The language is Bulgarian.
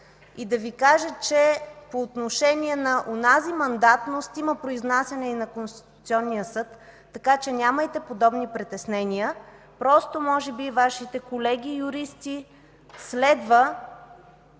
Да Ви кажа, че по отношение на онази мандатност има произнасяне и на Конституционния съд, така че нямайте подобни притеснения. Просто може би Вашите колеги юристи следва